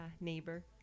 Neighbor